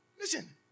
Listen